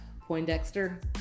Poindexter